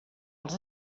els